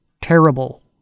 terrible